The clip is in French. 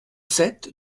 sept